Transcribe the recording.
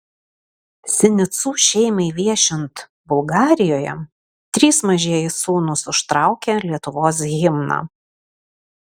sinicų šeimai viešint bulgarijoje trys mažieji sūnūs užtraukė lietuvos himną